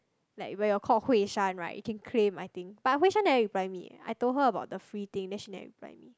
like when you're called Hui-Shan right you can claim I think but Hui Shan never reply me leh I told her about the free thing then she never reply me